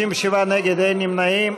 57 נגד, אין נמנעים.